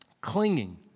clinging